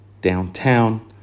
downtown